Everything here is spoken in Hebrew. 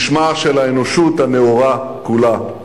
בשמה של האנושות הנאורה כולה.